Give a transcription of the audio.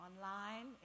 Online